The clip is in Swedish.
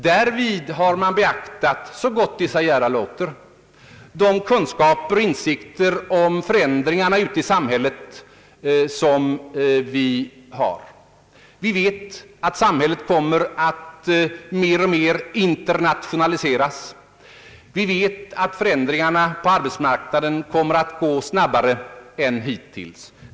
Därvid har man så gott sig göra låter beaktat de kunskaper och insikter om förändringarna ute i samhället som vi har. Vi vet att samhället kommer att mer och mer internationaliseras. Vi vet att förändringarna på arbetsmarknaden kommer att gå snabbare än hittills.